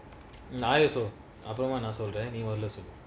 mine also I also [one] I also then only [one] also